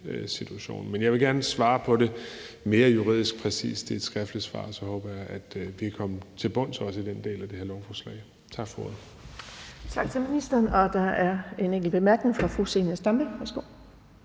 situation. Men jeg vil gerne svare på det mere juridisk præcist i et skriftligt svar, og så håber jeg, at vi også kan komme til bunds i den del af det her lovforslag. Tak for ordet. Kl. 10:37 Den fg. formand (Birgitte Vind): Tak til ministeren. Der er en kort bemærkning fra fru Zenia Stampe. Værsgo.